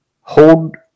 Hold